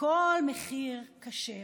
וכל מחיר כשר.